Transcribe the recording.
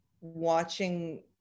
watching